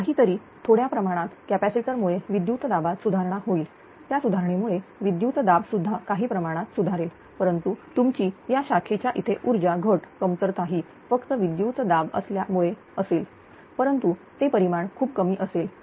काहीतरी थोड्या प्रमाणात कॅपॅसिटर मुळे विद्युत दाबात सुधारणा होईल त्या सुधारणेमुळे विद्युत दाब सुद्धा काही प्रमाणात सुधारेल परंतु तुमची या शाखेच्या इथे ऊर्जा घट कमतरताही फक्त विद्युतदाब सुधारल्यामुळे असेल परंतु ते परिमाण खूप कमी असेल